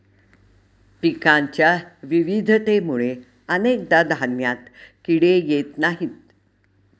पिकांच्या विविधतेमुळे अनेकदा धान्यात किडे येत नाहीत